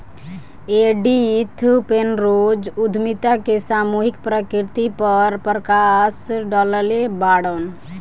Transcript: Edith Penrose उद्यमिता के सामूहिक प्रकृति पर प्रकश डलले बाड़न